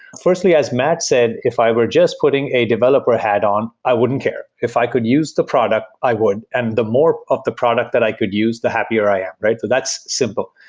firstly, as matt said, if i were just putting a developer hat on, i wouldn't care. if i could use the product, i would, and the more of the product that i could use, the happier i ah am. that's simple.